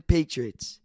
Patriots